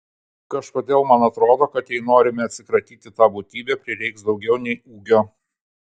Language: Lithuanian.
kažkodėl man atrodo kad jei norime atsikratyti ta būtybe prireiks daugiau nei ūgio